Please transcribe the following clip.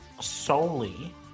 solely